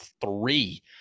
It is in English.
three